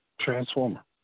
transformer